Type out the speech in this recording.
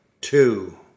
Two